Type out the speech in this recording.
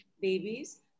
babies